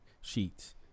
sheets